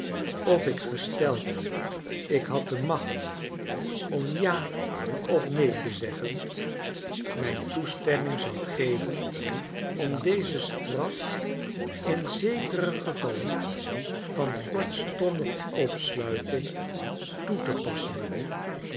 of ik gesteld ik had de macht om ja of neen te zeggen mijn toestemming zou geven om deze straf in zekere gevallen van kortstondige opsluiting toe te passen